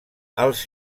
als